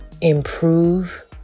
improve